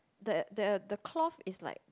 the the the cloth is like